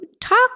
talk